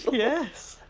yes.